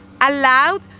allowed